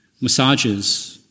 massages